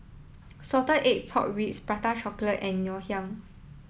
Salted Egg Pork Ribs Prata Chocolate and Ngoh Hiang